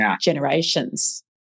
generations